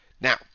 now